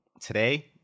Today